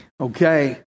Okay